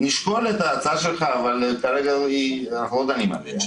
נשקול את ההצעה שלך, אבל כרגע אנחנו לא דנים בה.